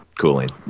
cooling